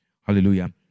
Hallelujah